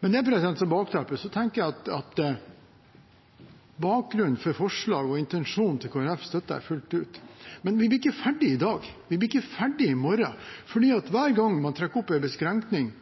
Med det som bakteppe tenker jeg at bakgrunnen for forslaget og intensjonen til Kristelig Folkeparti støtter jeg fullt ut, men vi blir ikke ferdig i dag, vi blir ikke ferdig i morgen, for hver gang man trekker opp